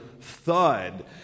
thud